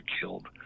killed